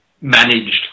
managed